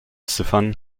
ziffern